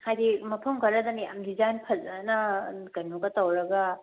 ꯍꯥꯏꯕꯗꯤ ꯃꯐꯝ ꯈꯔꯗꯅ ꯌꯥꯝ ꯗꯤꯖꯥꯏꯟ ꯐꯖꯅ ꯀꯩꯅꯣꯒ ꯇꯧꯔꯒ